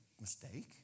mistake